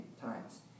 times